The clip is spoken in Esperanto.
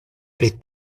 pri